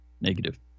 Negative